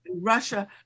Russia